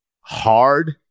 hard